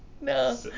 No